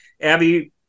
Abby